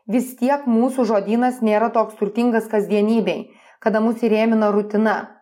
vis tiek mūsų žodynas nėra toks turtingas kasdienybėj kada mus įrėmina rutina